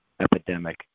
epidemic